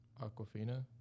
Aquafina